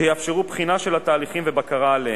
שיאפשרו בחינה של התהליכים ובקרה עליהם.